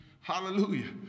Hallelujah